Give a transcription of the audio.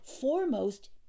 foremost